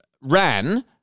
ran